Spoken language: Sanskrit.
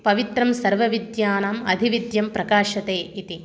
पवित्रं सर्वविद्यानां अधिविद्यं प्रकासते इति